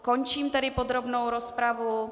Končím tedy podrobnou rozpravu.